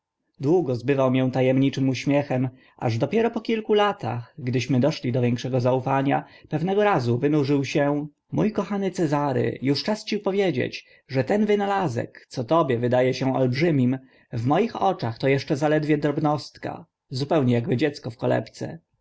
długo zbywał mię ta emniczym uśmiechem aż dopiero po kilku latach gdyśmy doszli do większego zaufania pewnego razu wynurzył się mó kochany cezary uż czas ci powiedzieć że ten wynalazek co tobie wyda e się olbrzymim w moich oczach to eszcze zaledwie drobnostka zupełnie akby dziecko w kolebce